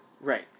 Right